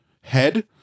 head